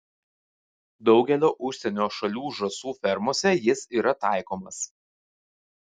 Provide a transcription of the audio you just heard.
daugelio užsienio šalių žąsų fermose jis yra taikomas